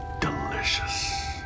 delicious